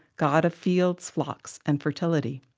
god of fields, flocks, and fertility.